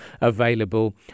available